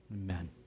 Amen